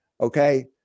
Okay